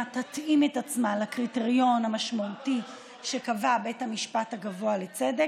תתאים את עצמה לקריטריון המשמעותי שקבע בית המשפט הגבוה לצדק,